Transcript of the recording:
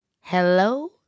Hello